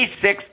six